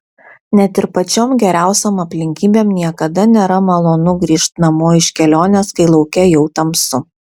net ir pačiom geriausiom aplinkybėm niekada nėra malonu grįžt namo iš kelionės kai lauke jau tamsu